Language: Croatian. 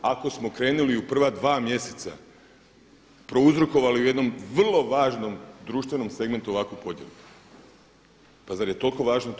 Ako smo krenuli u prva dva mjeseca, prouzrokovali u jednom vrlo važnom društvenom segmentu ovakvu podjelu, pa zar je toliko važno to ime.